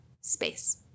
space